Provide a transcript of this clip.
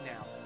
now